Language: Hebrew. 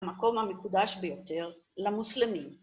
המקום המקודש ביותר למוסלמים.